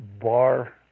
bar